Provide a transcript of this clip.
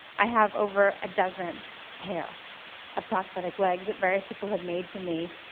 i have over a dozen pair of prosthetic legs that various people have made for me,